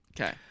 Okay